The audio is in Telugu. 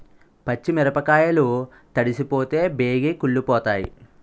పచ్చి మిరపకాయలు తడిసిపోతే బేగి కుళ్ళిపోతాయి